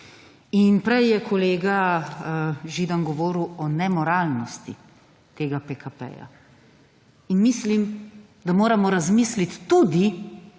Prej je kolega Židan govoril o nemoralnosti tega PKP. In mislim, da moramo razmisliti tudi